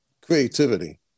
creativity